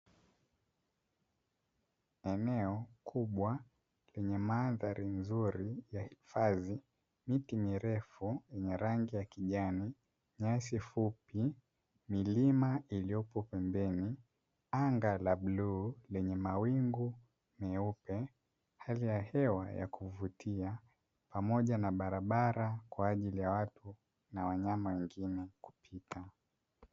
Eneo kubwa lenye mandhari nzuri ya hifadhi, miti mirefu yenye rangi ya kijani, nyasi fupi, milima iliyopo pembeni, anga la bluu lenye mawingu meupe, hali ya hewa ya kuvutia pamoja na barabara kwa ajili ya watu na wanyama wengine kupita.